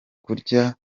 kurya